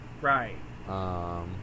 right